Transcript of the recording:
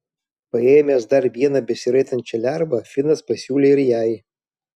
paėmęs dar vieną besiraitančią lervą finas pasiūlė ir jai